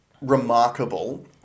remarkable